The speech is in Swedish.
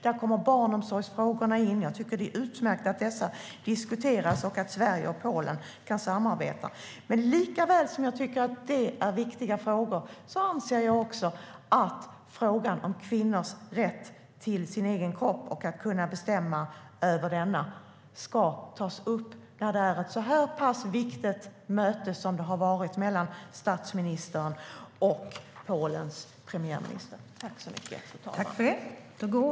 Där kommer barnomsorgsfrågorna in. Det är utmärkt att dessa diskuteras och att Sverige och Polen kan samarbeta. Men likaväl som jag tycker att det är viktiga frågor anser jag också att frågan om kvinnors rätt till sin egen kropp och att kunna bestämma över den ska tas upp när det är det är ett så pass viktigt möte som det har varit mellan statsministern och Polens premiärminister.